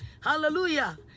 Hallelujah